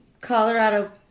Colorado